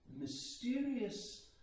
mysterious